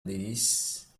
this